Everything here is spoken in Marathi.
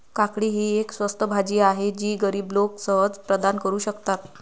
काकडी ही एक स्वस्त भाजी आहे जी गरीब लोक सहज प्रदान करू शकतात